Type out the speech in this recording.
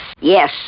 Yes